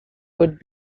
would